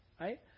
right